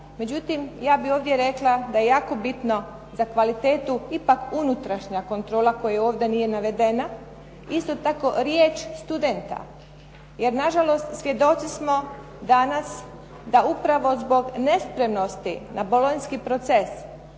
Međutim, ja bih ovdje rekla da je jako bitno za kvalitetu ipak unutrašnja kontrola koja ovdje nije navedena. Isto tako, riječ studenta, jer nažalost svjedoci smo danas da upravo zbog nespremnosti na Bolonjski proces